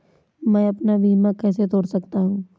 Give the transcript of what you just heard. मैं अपना बीमा कैसे तोड़ सकता हूँ?